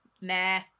Nah